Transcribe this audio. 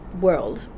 world